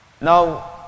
Now